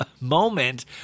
moment